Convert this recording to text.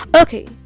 okay